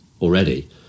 already